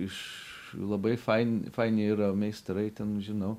iš labai fain faini yra meistrai ten žinau